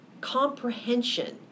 comprehension